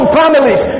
families